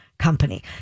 company